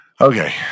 Okay